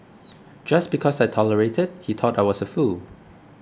just because I tolerated he thought I was a fool